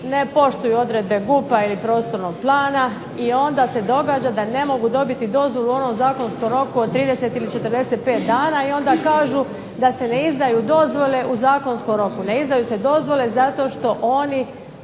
ne poštuju odredbe GUP-a ili prostornog plana i onda se događa da ne mogu dobiti dozvolu u onom zakonskom roku od 30 ili 45 dana i onda kažu da se ne izadaju dozvole u zakonskom roku. Ne izdaju se dozvole zato što oni